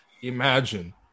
imagine